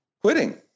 quitting